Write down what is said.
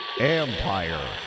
Empire